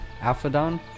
Alphadon